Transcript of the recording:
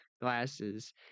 glasses